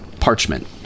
parchment